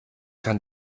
kann